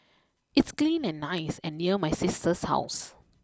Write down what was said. it's clean and nice and near my sister's house